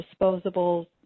disposables